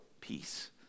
peace